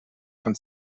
von